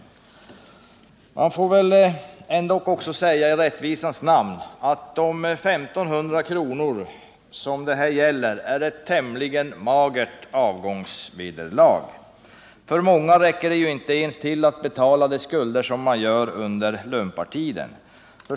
Man får väl ändå i rättvisans namn säga att de 1 500 kr. som det här gäller är ett tämligen magert avgångsvederlag. För många räcker det ju inte ens till att betala de skulder som man drar på sig under ”lumpartiden”.